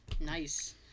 Nice